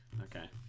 Okay